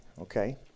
okay